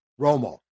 Romo